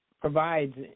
provides